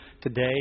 today